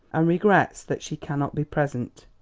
and regrets that she cannot be present.